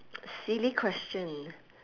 silly question